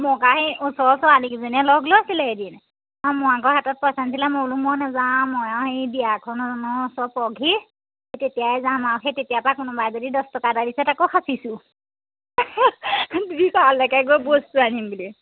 মোক আহি ওচৰৰ ছোৱালীকেইজনীয়ে লগ লৈছিলে এদিন তাৰপৰা মোৰ আকৌ হাতত পইচা নাছিলে মই বোলো মই নাযাওঁ মই আৰু হেৰি বিয়াখনৰ ওচৰ পকহি তেতিয়াই যাম আৰু সেই তেতিয়াৰপৰাই কোনোবাই যদি দহ টকা এটা দিছে তাকো সাচিছোঁ বোলো তালৈকে গৈ বস্তু আনিম বুলি